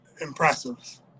impressive